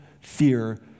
fear